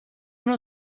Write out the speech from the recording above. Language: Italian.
non